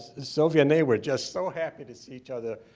sofia, and they were just so happy to see each other.